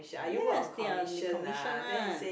yes they are they commission one